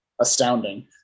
astounding